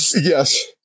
Yes